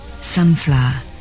Sunflower